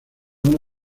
uno